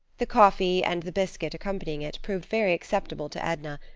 the coffee and the biscuit accompanying it proved very acceptable to edna,